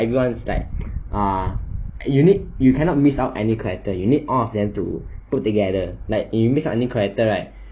everyone is like uh you need you cannot miss out any character you need all of them to put together like you make up new character right